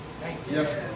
Yes